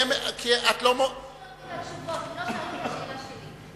הם לא שאלו את השאלה שלי,